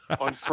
on